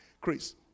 Chris